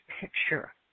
picture